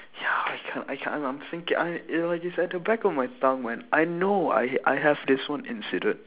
ya I cannot I cannot I'm thinking I you know it's at the back of my tongue man I know I I have this one incident